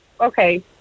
okay